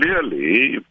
Clearly